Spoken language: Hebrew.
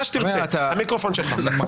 תראה אדוני היו"ר,